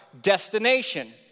destination